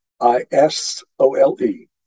I-S-O-L-E